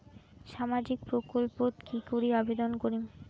সামাজিক প্রকল্পত কি করি আবেদন করিম?